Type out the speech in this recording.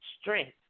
strength